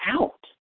out